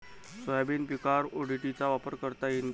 Soybean पिकावर ODT चा वापर करता येईन का?